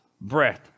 breath